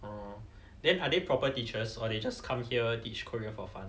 orh then are they proper teachers or they just come here teach korean for fun